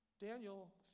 Daniel